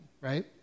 right